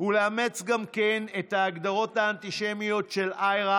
ולאמץ גם הם את ההגדרות האנטישמיות של IHRA,